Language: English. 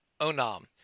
Onam